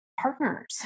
partners